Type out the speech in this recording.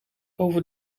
over